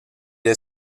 est